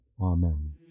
Amen